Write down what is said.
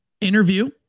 interview